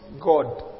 God